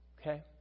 Okay